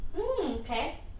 Okay